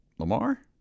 Lamar